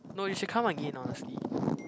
no you should come again honestly